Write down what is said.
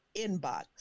inbox